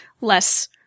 less